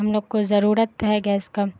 ہم لوگ کو ضرورت ہے گیس کا